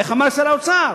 איך אמר שר האוצר,